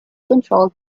controlled